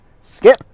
Skip